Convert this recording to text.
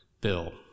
Bill